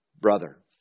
brother